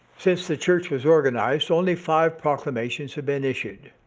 since the church was organized, only five proclamations have been issued,